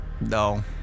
no